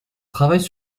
travaille